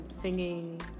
singing